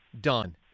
done